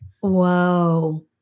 Whoa